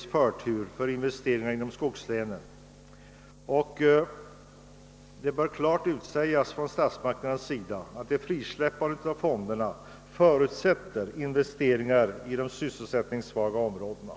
få förtur för investeringar inom skogslänen, och det bör klart utsägas från statsmakterna, att frisläppandet av fonderna förutsätter investeringar i de sysselsättningssvaga områdena.